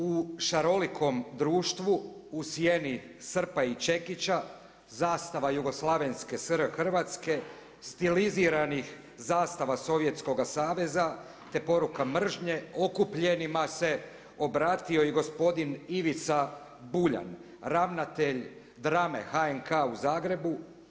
U šarolikom društvu u sjeni srpa i čekića, zastava jugoslavenske SR Hrvatske stiliziranih zastava Sovjetskoga saveza, te poruka mržnje okupljenima se obratio i gospodin Ivica Buljan, ravnatelj drame HNK u Zagrebu.